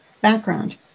background